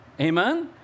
Amen